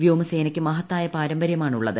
വ്യോമസേനയ്ക്ക് മഹത്തായ പാരമ്പര്യമാണുള്ളത്